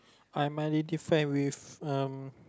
I'm identify with um